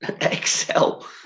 Excel